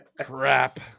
Crap